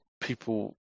people